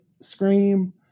Scream